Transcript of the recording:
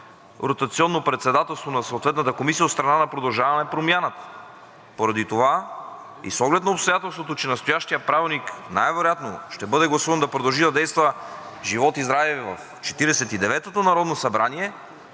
ротационно председателство на съответната комисия от страна на „Продължаваме Промяната“. Поради това и с оглед обстоятелството, че настоящият правилник най-вероятно ще бъде гласувано да продължи да действа, живот и здраве, в Четиридесет и деветото народно събрание,